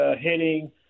hitting